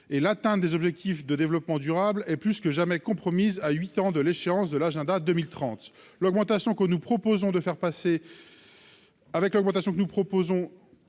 et l'atteinte des objectifs de développement durable et plus que jamais compromise à 8 ans de l'échéance de l'Agenda 2030 l'augmentation que nous proposons de faire passer avec l'augmentation que nous proposons